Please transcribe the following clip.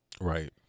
right